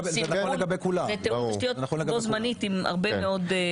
סרבול של תיאום תשתיות בו זמנית עם הרבה מאוד גורמים.